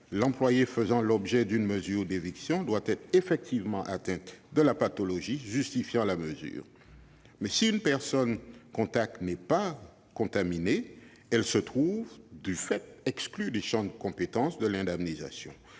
l'employé faisant l'objet d'une mesure d'éviction doit être effectivement atteint de la pathologie justifiant la mesure. Si une personne contact n'est pas contaminée, elle se trouverait, de fait, exclue du champ de l'indemnisation.